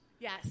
Yes